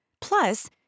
Plus